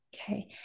okay